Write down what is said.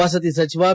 ವಸತಿ ಸಚಿವ ವಿ